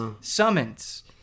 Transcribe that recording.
summons